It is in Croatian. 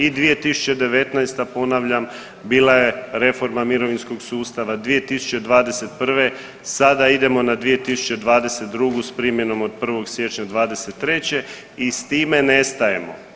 I 2019., ponavljam, bila je reforma mirovinskog sustava, 2021., sada idemo na 2022. s primjenom od 1. siječnja 2023. i s time ne stajemo.